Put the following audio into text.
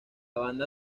banda